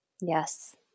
Yes